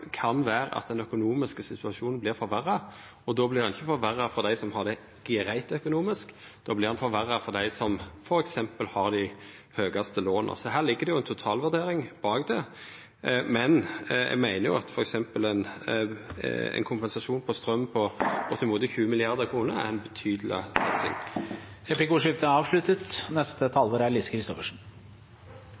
kan vera at den økonomiske situasjonen vert forverra, og då vert han ikkje forverra for dei som har det greitt økonomisk. Då vert han forverra for dei som f.eks. har dei høgaste låna. Her ligg det ei totalvurdering bak, men eg meiner f.eks. at ein kompensasjon på straum på bortimot 20 mrd. kr er ei betydeleg satsing. Replikkordskiftet er omme. Dette er en sak vi gjerne skulle vært foruten. Bakteppet er